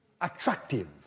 Attractive